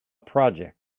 project